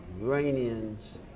Iranians